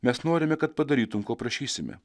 mes norime kad padarytum ko prašysime